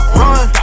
run